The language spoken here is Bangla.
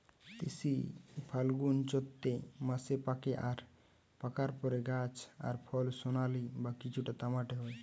তিসি ফাল্গুনচোত্তি মাসে পাকে আর পাকার পরে গাছ আর ফল সোনালী বা কিছুটা তামাটে হয়